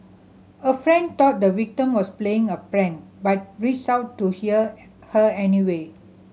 a friend thought the victim was playing a prank but reached out to hear her anyway